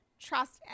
trust